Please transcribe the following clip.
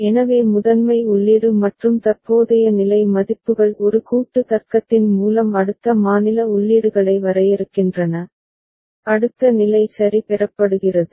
எனவே முதன்மை உள்ளீடு மற்றும் தற்போதைய நிலை மதிப்புகள் ஒரு கூட்டு தர்க்கத்தின் மூலம் அடுத்த மாநில உள்ளீடுகளை வரையறுக்கின்றன அடுத்த நிலை சரி பெறப்படுகிறது